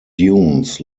dunes